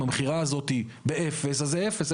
אם המכירה הזאת היא באפס, אז היא באפס.